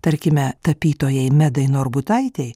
tarkime tapytojai medai norbutaitei